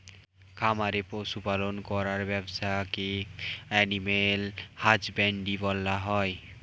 খামারে পশু পালন করার ব্যবসাকে অ্যানিমাল হাজবেন্ড্রী বলা হয়